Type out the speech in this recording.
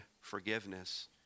forgiveness